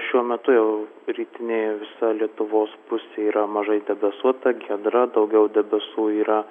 šiuo metu jau rytinė visa lietuvos pusė yra mažai debesuota giedra daugiau debesų yra